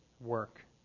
work